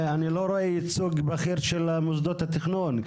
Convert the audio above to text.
אני לא רואה ייצוג בכיר של מוסדות התכנון,